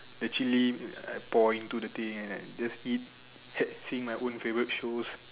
the chili I pour into the thing and like just eat seeing my own favourite shows